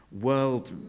world